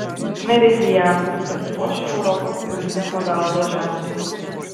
meridianas pasipuoš europos jūrinio paveldo ženklu